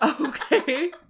Okay